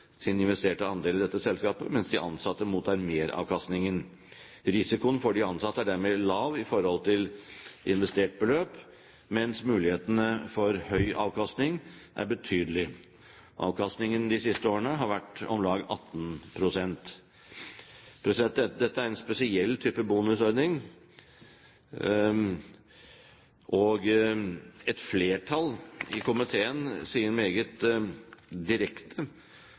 i dette selskapet, mens de ansatte mottar meravkastningen. Risikoen for de ansatte er dermed lav i forhold til investert beløp, mens mulighetene for høy avkastning er betydelig. Avkastningen de siste årene har vært om lag 18 pst. Dette er en spesiell type bonusordning. Et flertall i komiteen sier meget direkte